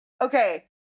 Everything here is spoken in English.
okay